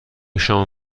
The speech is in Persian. شام